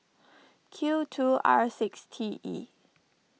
Q two R six T E